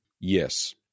Yes